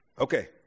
Okay